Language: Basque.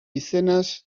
izenaz